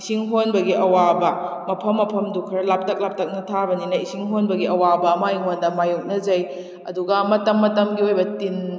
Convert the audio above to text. ꯏꯁꯤꯡ ꯍꯣꯟꯕꯒꯤ ꯑꯋꯥꯕ ꯃꯐꯝ ꯃꯐꯝꯗꯨ ꯈꯔ ꯂꯥꯞꯇꯛ ꯂꯥꯞꯇꯛꯅ ꯊꯥꯕꯅꯤꯅ ꯏꯁꯤꯡ ꯍꯣꯟꯕꯒꯤ ꯑꯋꯥꯕ ꯑꯃ ꯑꯩꯉꯣꯟꯗ ꯃꯥꯏꯌꯣꯛꯅꯖꯩ ꯑꯗꯨꯒ ꯃꯇꯝ ꯃꯇꯝꯒꯤ ꯑꯣꯏꯕ ꯇꯤꯟ